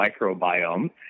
microbiome